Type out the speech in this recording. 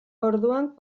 orduan